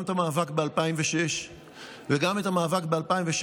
גם את המאבק ב-2006 וגם את המאבק ב-2016,